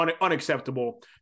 unacceptable